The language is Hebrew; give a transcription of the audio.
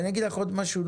אני אומר לך עוד משהו,